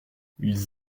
ils